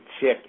check